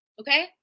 okay